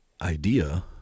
idea